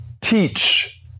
teach